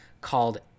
called